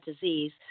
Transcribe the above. disease